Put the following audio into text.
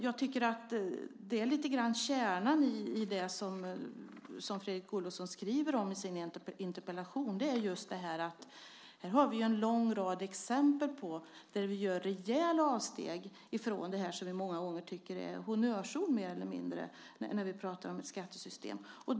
Jag tycker att kärnan i det som Fredrik Olovsson skriver om i sin interpellation lite grann är just att vi här har en lång rad exempel på rejäla avsteg som görs från vad vi många gånger tycker är mer eller mindre honnörsord när vi pratar om skattesystemet.